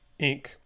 Inc